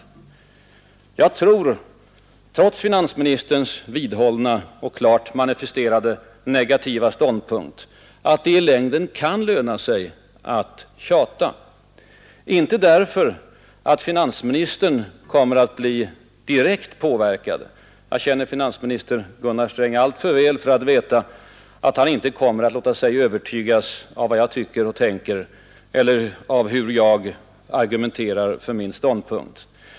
Jag tror, trots finansministerns vidhållna och klart manifesterade negativa ståndpunkt, att det i längden kan löna sig att tjata. Inte därför att finansministern kommer att bli direkt påverkad — jag känner finansminister Gunnar Sträng tillräckligt väl för att veta att han inte kommer att låta sig övertygas av vad jag tycker och tänker eller hur jag argumenterar för min ståndpunkt.